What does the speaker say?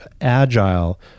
agile